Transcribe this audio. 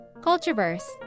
Cultureverse